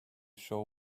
show